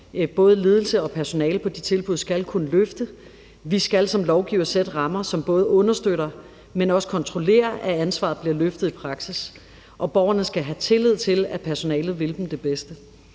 både ledelsen og personalet på de tilbud skal kunne løfte. Vi skal som lovgivere sætte rammer, som både understøtter, men også kontrollerer, at ansvaret bliver løftet i praksis, og borgerne skal have tillid til, at personalet vil dem det bedste.